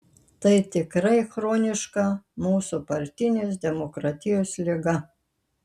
tai tikrai chroniška mūsų partinės demokratijos liga